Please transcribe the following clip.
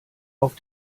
auf